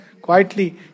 Quietly